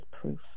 proof